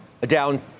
down